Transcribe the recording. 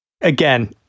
again